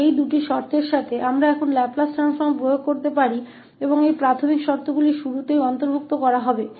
तो इन दो शर्तों के साथ अब हम लाप्लास ट्रांसफॉर्म लागू कर सकते हैं और इन प्रारंभिक स्थिति को शुरुआत में ही शामिल किया जाएगा